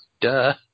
duh